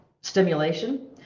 stimulation